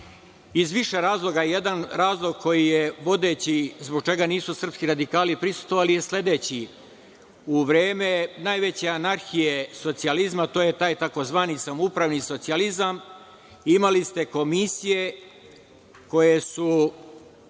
iz više razloga. Jedan razlog koji je vodeći, zbog čega nisu srpski radikali prisustvovali je sledeći. U vreme najveće anarhije socijalizma, to je taj tzv. samoupravni socijalizam, imali ste komisije koje su